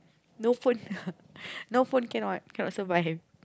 no phone no phone cannot survive